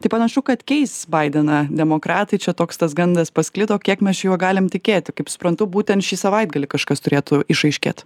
tai panašu kad keis baideną demokratai čia toks tas gandas pasklido kiek mes čia juo galim tikėti kaip suprantu būtent šį savaitgalį kažkas turėtų išaiškėt